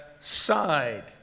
side